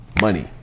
money